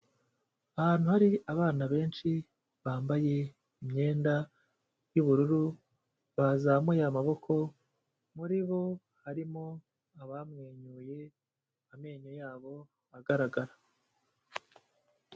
Ahantu hari abana benshi bambaye imyenda y'ubururu, bazamuye amaboko muri bo harimo abamwenyuye amenyo yabo agaragara.